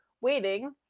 waiting